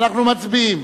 אנחנו מצביעים